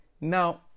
Now